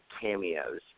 cameos